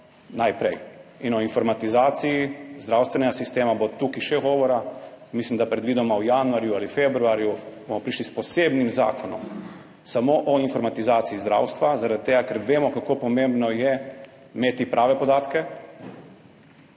O informatizaciji zdravstvenega sistema bo tukaj še govora. Predvidoma v januarju ali februarju bomo prišli s posebnim zakonom samo o informatizaciji zdravstva zaradi tega, ker vemo, kako pomembno je imeti prave podatke,